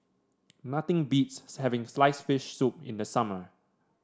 nothing beats having slice fish soup in the summer